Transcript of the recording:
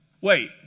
wait